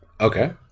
okay